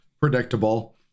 predictable